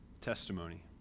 testimony